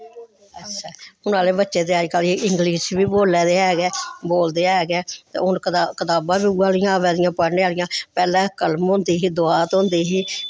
हूना आह्ले बच्चे ते अजकल्ल इंगलिश बी बोल्ला दे ऐ बोलदे है गै ते हून कताबां बी उऐ जेहियां अवा दियां पढ़ने आह्लियां पैह्लैं कलम होंदी ही दवात होंदी ही